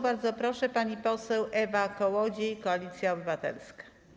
Bardzo proszę, pani poseł Ewa Kołodziej, Koalicja Obywatelska.